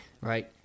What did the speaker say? right